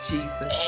Jesus